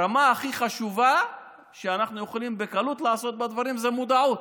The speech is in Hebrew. הרמה הכי חשובה שאנחנו יכולים בקלות לעשות בה דברים זה מודעות.